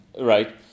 right